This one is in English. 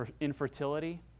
infertility